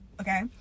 okay